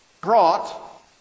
brought